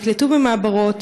נקלטו במעברות,